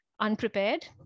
unprepared